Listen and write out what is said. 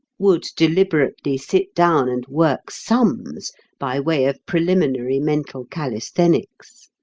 would deliberately sit down and work sums by way of preliminary mental calisthenics.